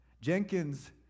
Jenkins